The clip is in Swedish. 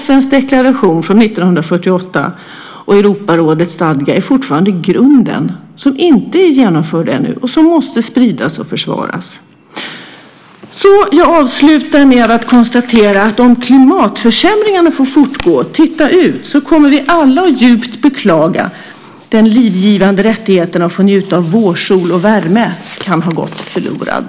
FN:s deklaration från 1948 och Europarådets stadga är fortfarande grunden som ännu inte är genomförd och som måste spridas och försvaras. Jag avslutar med att konstatera att om klimatförsämringarna får fortgå - titta ut - så kommer vi alla att djupt beklaga att den livgivande rättigheten att få njuta av vårsol och värme kan ha gått förlorad.